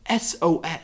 sos